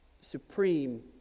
supreme